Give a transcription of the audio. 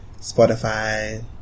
Spotify